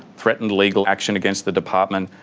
threatened legal action against the department,